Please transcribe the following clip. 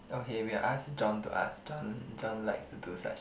okay we'll ask John to ask John John likes to do such